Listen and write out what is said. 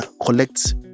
collects